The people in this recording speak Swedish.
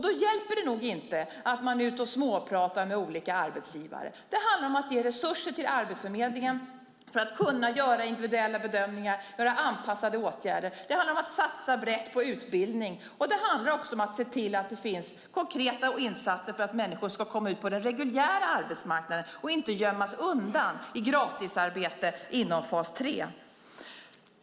Det hjälper inte att vara ute och småprata med olika arbetsgivare. Det handlar om att ge resurser till Arbetsförmedlingen så att man kan göra individuella bedömningar och anpassade åtgärder. Det handlar om att satsa brett på utbildning. Det handlar om att se till att det finns konkreta insatser så att människor kommer ut på den reguljära arbetsmarknaden och inte göms undan i gratisarbete i fas 3.